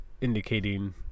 indicating